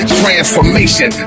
transformation